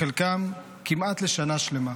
חלקם כמעט לשנה שלמה.